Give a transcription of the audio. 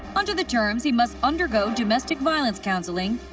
under the terms, he must undergo domestic violence counseling,